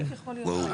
ברור.